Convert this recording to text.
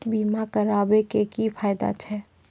बीमा कराबै के की फायदा छै?